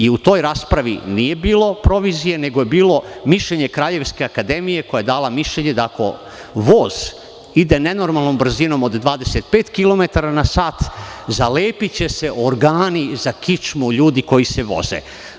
U toj raspravi nije bilo provizije, nego je bilo mišljenje Kraljevske akademije koja je dala mišljenje da, ako voz ide nenormalnom brzinom od 25 kilometara na sat, zalepiće se organi za kičmu ljudi koji se voze.